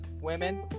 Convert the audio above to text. women